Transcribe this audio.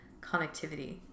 connectivity